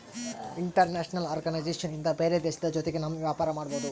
international organisation ಇಂದ ಬೇರೆ ದೇಶದ ಜೊತೆಗೆ ನಮ್ ವ್ಯಾಪಾರ ಮಾಡ್ಬೋದು